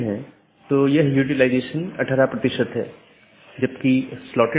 एक चीज जो हमने देखी है वह है BGP स्पीकर